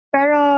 Pero